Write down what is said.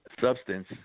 substance